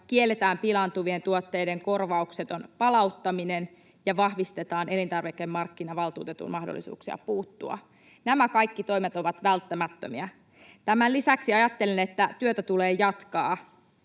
kielletään pilaantuvien tuotteiden korvaukseton palauttaminen ja vahvistetaan elintarvikemarkkinavaltuutetun mahdollisuuksia puuttua. Nämä kaikki toimet ovat välttämättömiä. Tämän lisäksi ajattelin, että työtä tulee jatkaa.